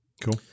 Cool